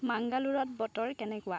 মাংগালোৰত বতৰ কেনেকুৱা